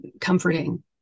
comforting